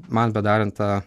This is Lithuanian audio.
man bedarant tą